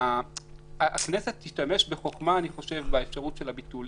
הכנסת תשתמש בחוכמה באפשרות של הביטול.